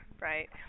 right